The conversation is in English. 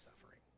suffering